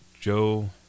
Joe